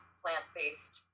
plant-based